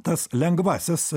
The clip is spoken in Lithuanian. tas lengvasis